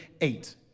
Eight